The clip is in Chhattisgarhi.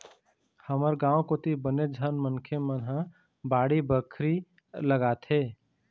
हमर गाँव कोती बनेच झन मनखे मन ह बाड़ी बखरी लगाथे